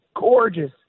gorgeous